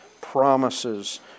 promises